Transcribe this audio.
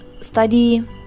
study